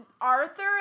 Arthur